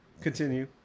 Continue